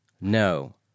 No